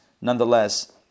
Nonetheless